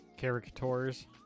caricatures